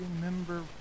remember